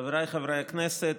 חבריי חברי הכנסת,